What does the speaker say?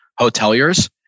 hoteliers